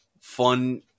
fun